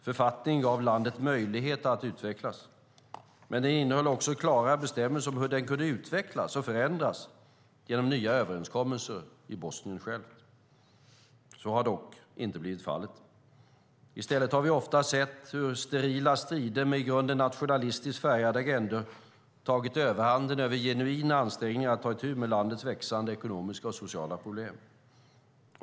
Författningen gav landet möjligheter att utvecklas, men den innehöll också klara bestämmelser om hur den kunde utvecklas och förändras genom nya överenskommelser i Bosnien självt. Så har dock inte blivit fallet. I stället har vi sett hur ofta sterila strider med i grunden nationalistiskt färgade agendor tagit överhanden över genuina ansträngningar att ta itu med landets växande ekonomiska och sociala problem.